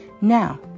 Now